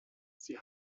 sie